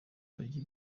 kajya